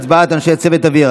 תוצאות ההצבעה,